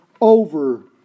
over